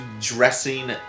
dressing